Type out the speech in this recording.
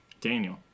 Daniel